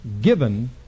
given